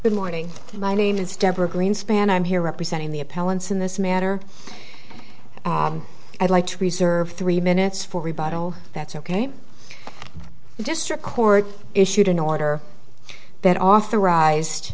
good morning my name is deborah greenspan i'm here representing the appellant's in this matter i'd like to reserve three minutes for rebuttal that's ok district court issued an order that authorized